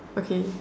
okay